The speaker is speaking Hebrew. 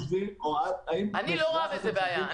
אני לא רואה בזה בעיה.